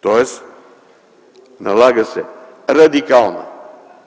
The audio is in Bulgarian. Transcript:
Тоест налага се радикална